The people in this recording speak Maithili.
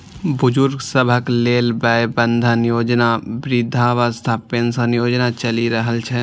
बुजुर्ग सभक लेल वय बंधन योजना, वृद्धावस्था पेंशन योजना चलि रहल छै